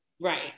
Right